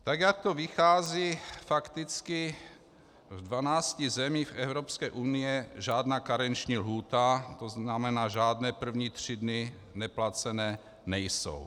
Tak jak to vychází, fakticky v 12 zemích Evropské unie žádná karenční lhůta, tzn. žádné první tři dny neplacené, není.